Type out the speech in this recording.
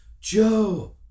Joe